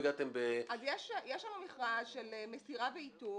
--- אז יש לנו מכרז של מסירה באיתור,